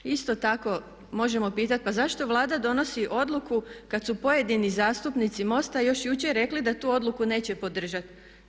Isto tako možemo pitati pa zašto Vlada donosi odluku kada su pojedini zastupnici MOST-a još jučer rekli da tu odluku neće podržati.